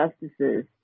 justices